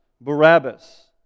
Barabbas